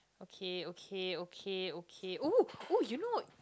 okay okay okay okay !ooh! !ooh! you know